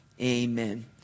Amen